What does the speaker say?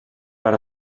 per